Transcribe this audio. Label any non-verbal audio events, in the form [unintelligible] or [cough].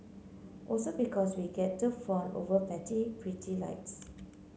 also because we get to fawn over [unintelligible] pretty lights